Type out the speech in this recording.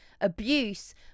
abuse